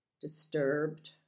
disturbed